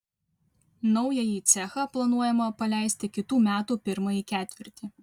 naująjį cechą planuojama paleisti kitų metų pirmąjį ketvirtį